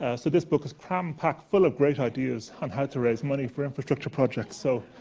ah so, this book is cram packed full of great ideas on how to raise money for infrastructure projects. so,